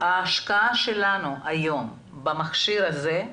ההשקעה שלנו היום במכשיר הזה,